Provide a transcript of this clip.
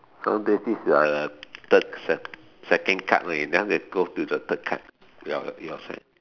so this the third second card then after that go to the third card your your side